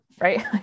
Right